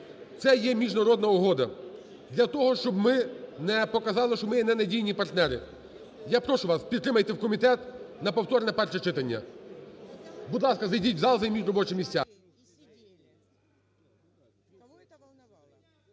Це є міжнародна угода. Для того щоб ми не показали, що ми є ненадійні партнери. Я прошу вас, підтримайте в комітет на повторне перше читання. Будь ласка, зайдіть в зал, займіть робочі місця.